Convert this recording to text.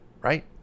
right